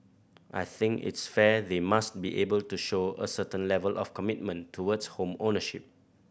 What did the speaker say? I think it's fair they must be able to show a certain level of commitment towards home ownership